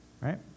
right